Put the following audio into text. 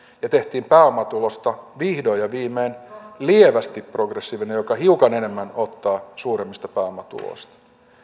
ja tehtiin pääomatulosta vihdoin ja viimein lievästi progressiivinen joka hiukan enemmän ottaa suuremmista pääomatuloista